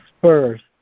first